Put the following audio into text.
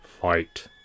fight